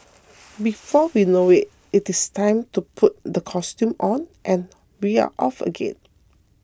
before we know it it is time to put the costume on and we are off again